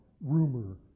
rumor